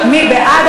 שנאה.